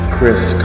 Chris